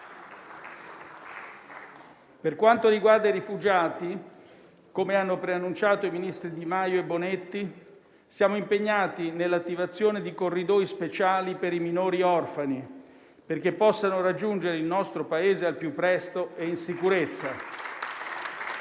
Per quanto riguarda i rifugiati, come hanno preannunciato i ministri Di Maio e Bonetti, siamo impegnati nell'attivazione di corridoi speciali per i minori orfani, perché possano raggiungere il nostro Paese al più presto e in sicurezza.